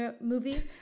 movie